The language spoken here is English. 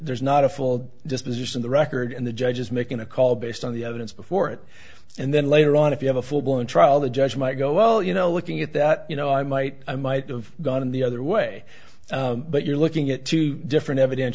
there's not a full disposition the record and the judge is making a call based on the evidence before it and then later on if you have a full blown trial the judge might go well you know looking at that you know i might i might of gone the other way but you're looking at two different eviden